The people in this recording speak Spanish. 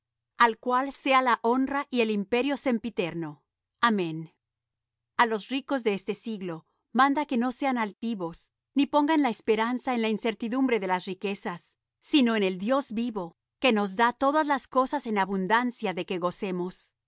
al cual sea la honra y el imperio sempiterno amén a los ricos de este siglo manda que no sean altivos ni pongan la esperanza en la incertidumbre de las riquezas sino en el dios vivo que nos da todas las cosas en abundancia de que gocemos